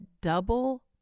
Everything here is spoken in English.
double